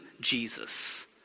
Jesus